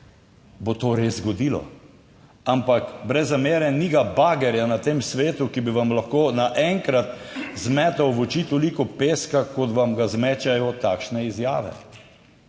bo to res zgodilo. Ampak, brez zamere, ni ga bagra na tem svetu, ki bi vam lahko naenkrat zmetal v oči toliko peska, kot vam ga zmečejo takšne izjave.